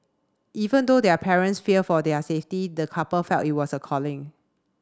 even though their parents feared for their safety the couple felt it was a calling